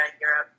Europe